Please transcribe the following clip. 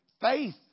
faith